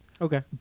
Okay